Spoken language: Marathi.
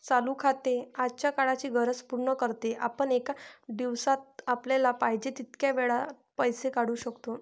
चालू खाते आजच्या काळाची गरज पूर्ण करते, आपण एका दिवसात आपल्याला पाहिजे तितक्या वेळा पैसे काढू शकतो